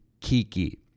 Kiki